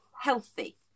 healthy